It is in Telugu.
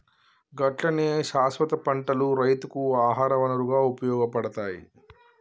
గట్లనే శాస్వత పంటలు రైతుకు ఆహార వనరుగా ఉపయోగపడతాయి